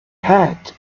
had